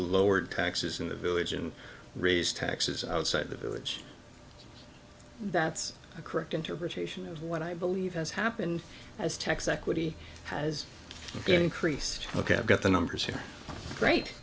lowered taxes in the village and raise taxes outside the village that's a correct interpretation of what i believe has happened as tex equity has increased ok i've got the numbers